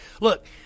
Look